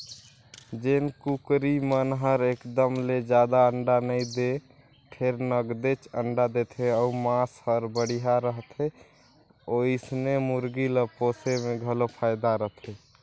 जेन कुकरी मन हर एकदम ले जादा अंडा नइ दें फेर नगदेच अंडा देथे अउ मांस हर बड़िहा रहथे ओइसने मुरगी ल पोसे में घलो फायदा रथे